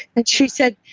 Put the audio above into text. but she said,